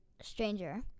Stranger